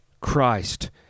Christ